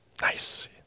Nice